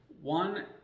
One